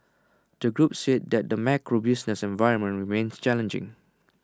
the group said that the macro business environment remains challenging